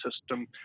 system